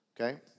okay